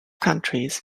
countries